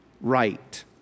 right